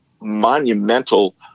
monumental